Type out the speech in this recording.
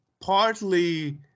partly